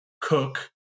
cook